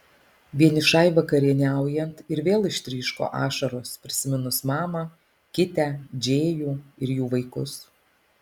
vienišai vakarieniaujant ir vėl ištryško ašaros prisiminus mamą kitę džėjų ir jų vaikus